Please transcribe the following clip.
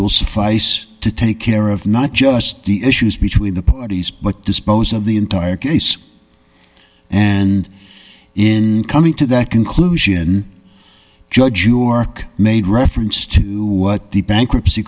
will suffice to take care of not just the issues between the parties but dispose of the entire case and in coming to that conclusion judge york made reference to what the bankruptcy